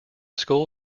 school